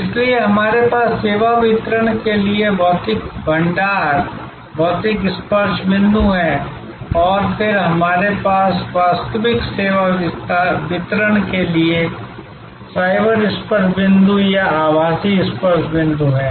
इसलिए हमारे पास सेवा वितरण के लिए भौतिक भंडार भौतिक स्पर्श बिंदु हैं और फिर हमारे पास वास्तविक सेवा वितरण के लिए साइबर स्पर्श बिंदु या आभासी स्पर्श बिंदु हैं